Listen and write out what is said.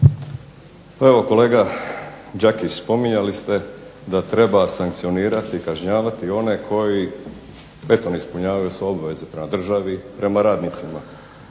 evo kolega Đakić spominjali ste da treba sankcionirati i kažnjavati one koji eto ne ispunjavaju svoje obveze prema državi i prema radnicima.